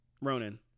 Ronan